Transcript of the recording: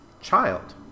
child